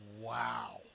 Wow